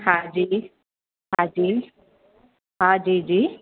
हा जी हा जी हा जी जी